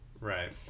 Right